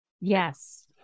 Yes